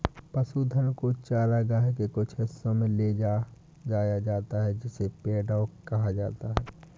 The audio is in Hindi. पशुधन को चरागाह के कुछ हिस्सों में ले जाया जाता है जिसे पैडॉक कहा जाता है